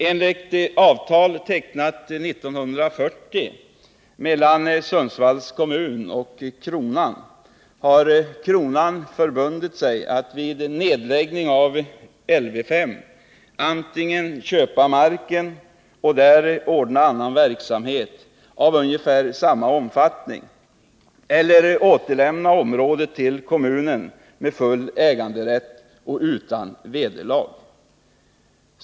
Enligt avtal, tecknat 1940 mellan Sundsvalls kommun och kronan, har kronan förbundit sig att vid nedläggning av Lv 5 antingen köpa marken och där ordna annan verksamhet av ungefär samma omfattning eller återlämna området till kommunen med full äganderätt och utan vederlag.